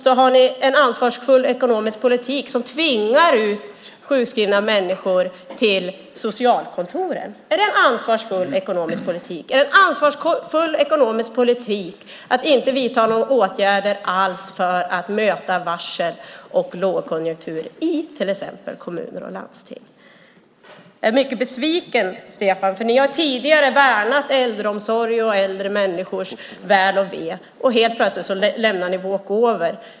Ni har dessutom en ekonomisk politik som tvingar ut sjukskrivna människor till socialkontoren. Är det en ansvarsfull ekonomisk politik? Är det ansvarsfull ekonomisk politik att inte vidta några åtgärder alls för att möta varsel och lågkonjunktur i till exempel kommuner och landsting? Jag är mycket besviken, Stefan, för ni har tidigare värnat äldreomsorg och äldre människors väl och ve. Helt plötsligt lämnar ni walk over.